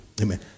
Amen